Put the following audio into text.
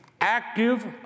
active